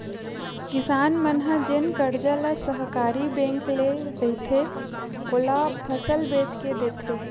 किसान मन ह जेन करजा ल सहकारी बेंक ले रहिथे, ओला फसल बेच के देथे